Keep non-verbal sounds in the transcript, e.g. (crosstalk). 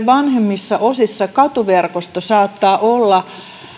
(unintelligible) vanhimmissa osissa myös katuverkosto saattaa olla